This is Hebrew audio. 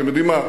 אתם יודעים מה?